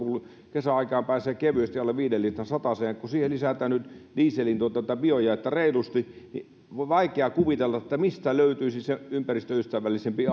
kesäaikaan pääsee kevyesti alle viiden litran sadalla kilometrillä kun niiden kohdalla lisätään nyt dieseliin tätä biojaetta reilusti niin on vaikea kuvitella mistä löytyisi se ympäristöystävällisempi